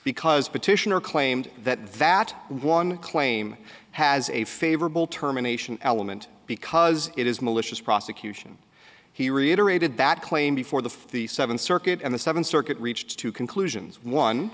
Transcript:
because petitioner claimed that that one claim has a favorable terminations element because it is malicious prosecution he reiterated that claim before the the seventh circuit and the seventh circuit reached two conclusions one